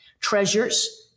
treasures